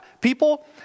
People